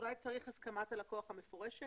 אולי צריך לומר הסכמת הלקוח המפורשת?